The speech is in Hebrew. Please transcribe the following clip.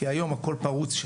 כי הכול פרוץ שם.